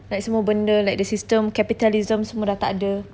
like semua benda like the system capitalism semua sudah tak ada